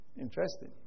Interesting